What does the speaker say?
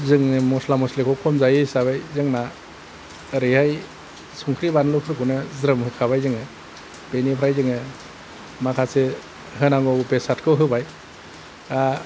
जोङो मस्ला मस्लिखौ खम जायो हिसाबै जोंना ओरैहाय संख्रि बानलुफोरखौनो ज्रोम होखाबाय जोङो बेनिफ्राय जोङो माखासे होनांगौ बेसादखौ होबाय दा